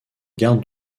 garde